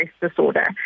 disorder